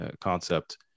concept